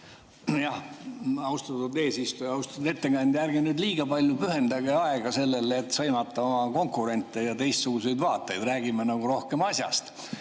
Austatud eesistuja! Austatud ettekandja! Ärge nüüd liiga palju pühendage aega sellele, et sõimata oma konkurente ja teistsuguseid vaateid. Räägime rohkem asjast!